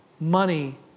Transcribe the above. money